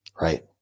Right